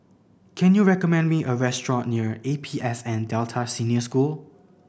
can you recommend me a restaurant near A P S N Delta Senior School